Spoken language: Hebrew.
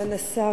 סגן השר,